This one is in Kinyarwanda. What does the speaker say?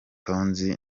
tonzi